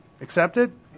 Accepted